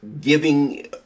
giving